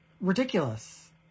Ridiculous